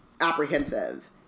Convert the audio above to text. apprehensive